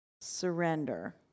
surrender